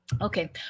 Okay